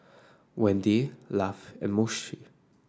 Wendy Lafe and Moshe